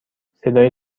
صدای